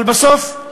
אבל בסוף,